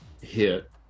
hit